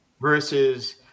versus